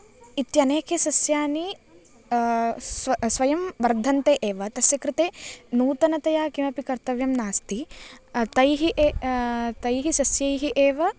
इत्यनेके सस्यानि स्व स्वयं वर्धन्ते एव तस्य कृते नूतनतया किमपि कर्तव्यं नास्ति तैः तैः सस्यैः एव